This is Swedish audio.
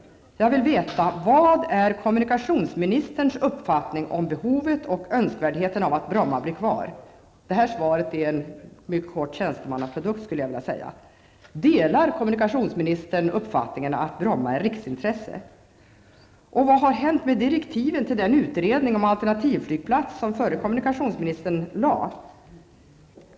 Jag vill veta följande: Vilken är kommunikationsministerns uppfattning om behovet och önskvärdheten av att Bromma flygplats blir kvar? Interpellationssvaret skulle jag vilja beteckna som en mycket kort tjänstemannaprodukt. Delar kommunikationsministern uppfattningen att Bromma flygplats är ett riksintresse? Vad har hänt med direktiven till den utredning om alternativflygplats som lämnades av den förre kommunikationsministern?